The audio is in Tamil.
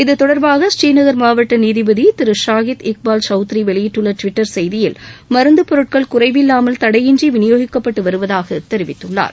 இத்தொடர்பாக ஸ்ரீநகர் மாவட்ட நீதிபதி திரு ஷாகித் இக்பால் சவுத்ரி வெளியிட்டுள்ள டிவிட்டர் செய்தியில் மருந்துப்பொருட்கள் குறைவில்லாமல் தடையின்றி விநியோகிக்கப்பட்டு வருவதாக தெரிவித்துள்ளார்